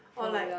or like